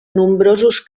nombrosos